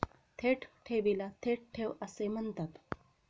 थेट ठेवीला थेट ठेव असे म्हणतात